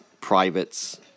privates